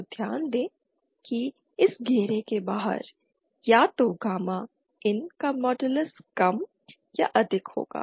तो ध्यान दें कि इस घेरे के बाहर या तो गामा IN का मॉडलस कम या अधिक होगा